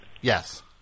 Yes